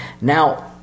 Now